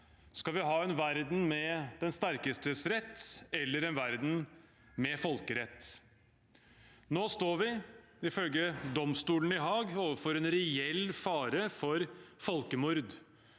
Skal vi ha en verden med den sterkestes rett eller en verden med folkerett? Nå står vi ifølge domstolen i Haag overfor en reell fare for folkemord.